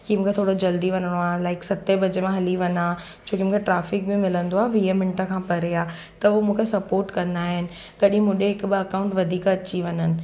की मूंखे थोरो जल्दी वञिणो आहे लाइक सतें बजे मां हली वञां छोकी मूंखे ट्राफिक बि मिलंदो आहे वीह मिंट खां परे आहे त उहो मूंखे सपॉट कंदा आहिनि कॾहिं मूं ॾे हिकु ॿ अकाउंट वधीक अची वञनि